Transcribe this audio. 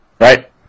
right